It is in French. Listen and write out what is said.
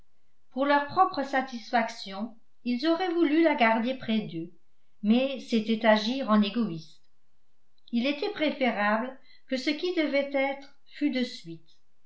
pour leur propre satisfaction ils auraient voulu la garder près d'eux mais c'était agir en égoïstes il était préférable que ce qui devait être fût de suite